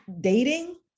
dating